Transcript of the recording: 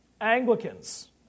Anglicans